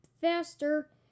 faster